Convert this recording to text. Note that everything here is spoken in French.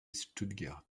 stuttgart